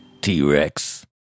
T-Rex